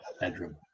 bedroom